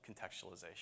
contextualization